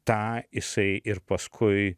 tą jisai ir paskui